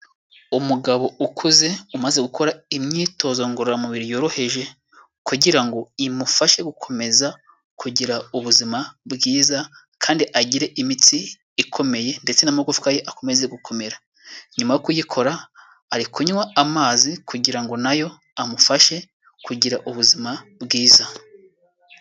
Umugabo ukuze umaze gukora imyitozo ngororamubiri yoroheje, kugira ngo imufashe gukomeza kugira ubuzima bwiza, kandi agire imitsi ikomeye ndetse n'amagufwa ye akomeze gukomera, nyuma yo kuyikora ari kunywa amazi kugira ngo nayo amufashe kugira ubuzima bwiza.